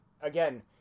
Again